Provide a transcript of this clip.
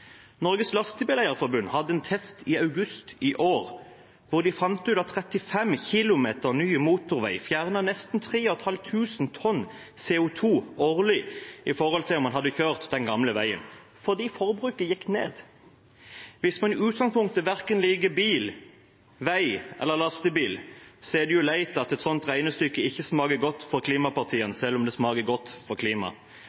Norges Lastebileier-Forbund hadde en test i august i år, hvor de fant ut at 35 km ny motorvei fjernet nesten 3 500 tonn CO 2 årlig i forhold til om man hadde kjørt den gamle veien – fordi forbruket gikk ned. Hvis man i utgangspunktet liker verken bil, vei eller lastebil, er det leit at et slikt regnestykke ikke smaker godt for